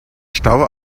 stau